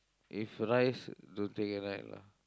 if rice don't think I like lah